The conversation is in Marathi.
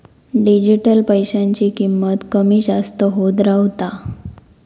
डिजिटल पैशाची किंमत कमी जास्त होत रव्हता